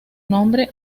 nombre